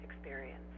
experience